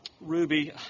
Ruby